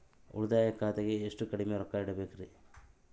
ಉಳಿತಾಯ ಖಾತೆಗೆ ಎಷ್ಟು ಕಡಿಮೆ ರೊಕ್ಕ ಇಡಬೇಕರಿ?